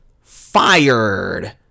fired